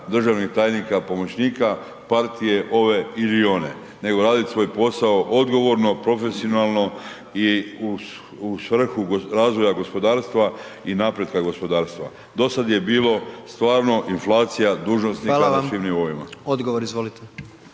državnih tajnika, pomoćnika, partije ove ili one nego radit svoj posao odgovorno, profesionalno i svrhu razvoja gospodarstva i napretka gospodarstva. Do sad je bilo stvarno inflacija dužnosnika na svim nivoima. **Jandroković,